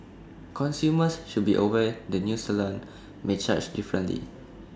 consumers should be aware the new salon may charge differently